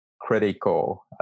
critical